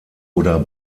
oder